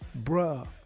bruh